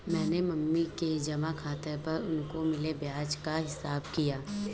मैंने मम्मी के जमा खाता पर उनको मिले ब्याज का हिसाब किया